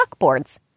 chalkboards